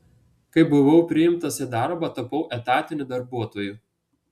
kai buvau priimtas į darbą tapau etatiniu darbuotoju